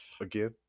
again